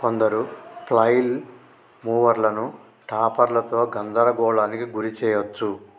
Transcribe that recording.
కొందరు ఫ్లైల్ మూవర్లను టాపర్లతో గందరగోళానికి గురి చేయచ్చు